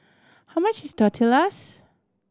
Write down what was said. how much is Tortillas